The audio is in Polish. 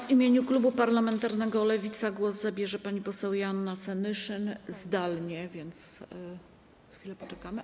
W imieniu klubu parlamentarnego Lewica głos zabierze pani poseł Joanna Senyszyn, zdalnie, więc chwilę poczekamy.